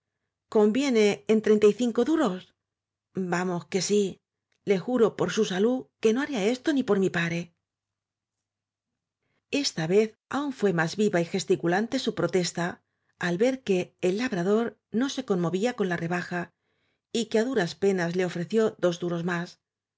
en treinta y cinco duros vamos que sí le juro por su salud que no haría esto ni por mi pare esta vez aún fué más viva y gesticulante su protesta al ver que el labrador no se con movía con la rebaja y que á duras penas le ofreció clos duros más